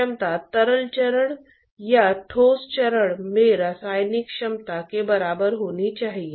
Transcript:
यह पहले से ही आपके द्रव यांत्रिकी पाठ्यक्रम में शामिल है